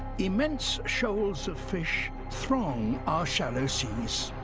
immense shoals of fish throng our shallow seas.